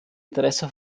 interesse